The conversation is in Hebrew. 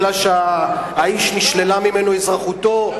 בגלל שהאיש נשללה ממנו אזרחותו,